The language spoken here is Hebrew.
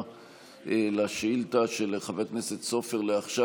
התשובה על השאילתה של חבר הכנסת סופר לעכשיו.